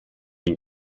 den